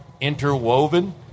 interwoven